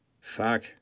Fuck